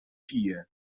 pije